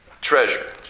treasure